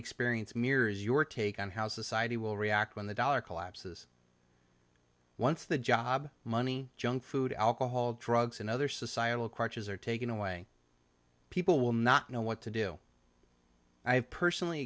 experience mirrors your take on how society will react when the dollar collapses once the job money junk food alcohol drugs and other societal crutches are taken away people will not know what to do i have personally